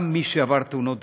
גם מי שעבר תאונת דרכים,